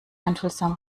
einfühlsam